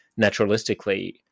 naturalistically